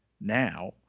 now